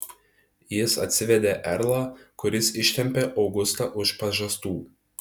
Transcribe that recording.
jis atsivedė erlą kuris ištempė augustą už pažastų